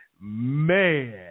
Man